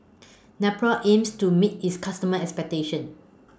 Nepro aims to meet its customers' expectations